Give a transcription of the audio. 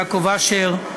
יעקב אשר,